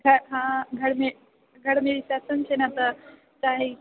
हाँ घरमे घरमे रिसेप्शन छै नऽ तऽ चाही